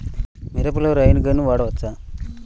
మిరపలో rain gun వాడవచ్చా?